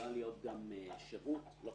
נסו לסגור אותן לפני כן גם עם לירון וגם